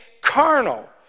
carnal